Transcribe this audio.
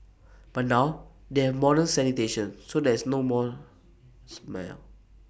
but now they have modern sanitation so there is no more smell